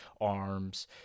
arms